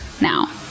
now